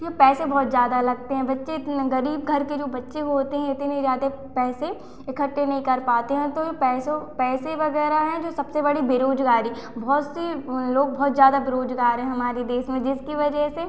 पैसे बहुत ज़्यादा लगते हैं बच्चे जो गरीब घर के जो बच्चे होते हैं इतने सारे पैसे वगैरह है कॉलेज की इकट्ठा नहीं कर पाते हैं तो पैसे पैसे वगैरह है जो सबसे बड़ी बेरोज़गारी बहुत से लोग बहुत ज़्यादा बेरोज़गार हैं हमारे देश में जिसकी वजह से